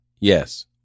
yes